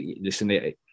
listen